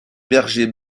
berger